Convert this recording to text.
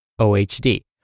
OHD